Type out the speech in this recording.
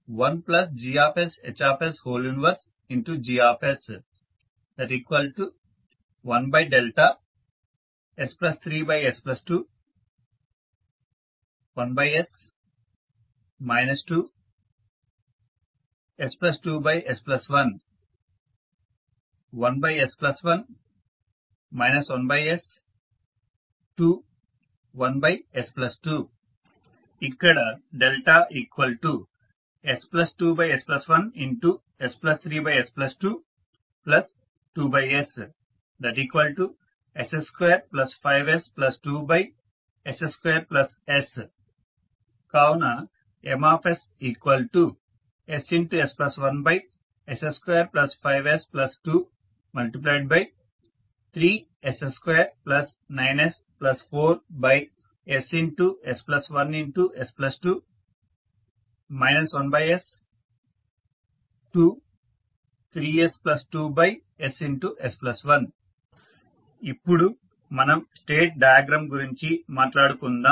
MsIGsHs 1Gs1∆s3s2 1s 2 s2s1 1s1 1s 2 1s2 ఇక్కడ ∆s2s1s3s22ss25s2ss1 కావున Msss1s25s23s29s4ss1s2 1s 2 3s2ss1 ఇప్పుడు మనం స్టేట్ డయాగ్రమ్ గురించి మాట్లాడుకుందాం